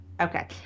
Okay